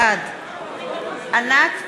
בעד ענת ברקו,